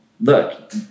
look